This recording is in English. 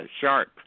sharp